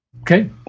Okay